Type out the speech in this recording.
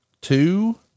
two